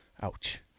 Ouch